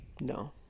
no